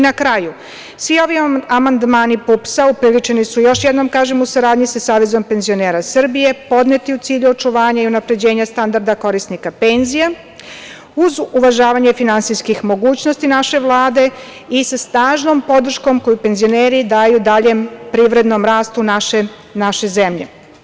Na kraju, svi ovi amandman PUPS-a još jednom kažem, upriličeni su u saradnji sa Savezom penzionera Srbije, podneti u cilju očuvanja i unapređenja standarda korisnika penzija, uz uvažavanje finansijskih mogućnosti naše Vlade i sa snažnom podrškom koju penzioneri daju daljem privrednom rastu naše zemlje.